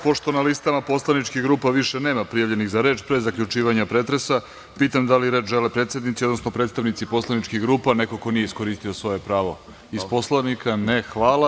Pošto na listama poslaničkih grupa više nema prijavljenih za reč, pre zaključivanja pretresa, pitam da li reč žele predsednici, odnosno predstavnici poslaničkih grupa ili neko ko nije iskoristio svoje pravo iz Poslovnika? (Ne) Hvala.